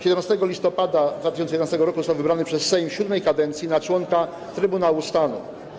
17 listopada 2011 r. został wybrany przez Sejm VII kadencji na członka Trybunału Stanu.